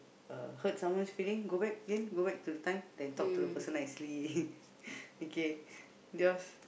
uh hurt someone's feeling go back again go back to the time then talk to the person nicely okay yours